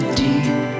deep